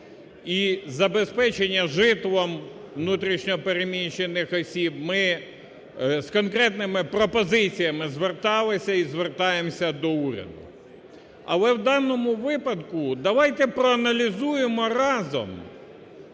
і забезпечення житлом внутрішньо переміщених осіб. Ми з конкретними пропозиціями зверталися і звертаємося до уряду. Але в даному випадку давайте проаналізуємо разом,